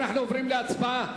אנחנו עוברים להצבעה,